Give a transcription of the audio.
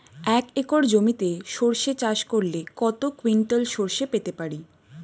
এক একর জমিতে সর্ষে চাষ করলে কত কুইন্টাল সরষে পেতে পারি?